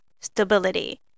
stability